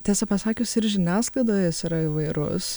tiesą pasakius ir žiniasklaidoje jis yra įvairus